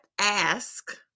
ask